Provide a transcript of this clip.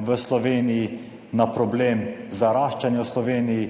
v Sloveniji, na problem zaraščanja v Sloveniji